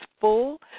full